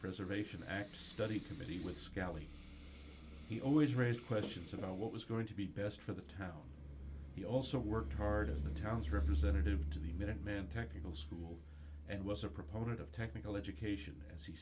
preservation act study committee with scally he always raised questions about what was going to be best for the town he also worked hard as the town's representative to the minuteman technical school and was a proponent of technical education as he